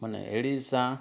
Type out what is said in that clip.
मना अहिड़ी सां